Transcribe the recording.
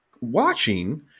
watching